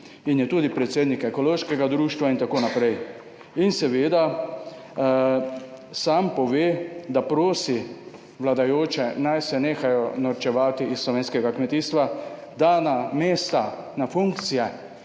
in je tudi predsednik Ekološkega društva, itn. In seveda sam pove, da prosi vladajoče, naj se nehajo norčevati iz slovenskega kmetijstva, da na mesta, na funkcije